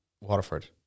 Waterford